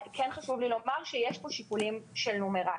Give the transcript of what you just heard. כן חשוב לי לומר שיש פה שיקולים של נומרט.